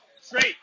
Straight